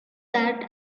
that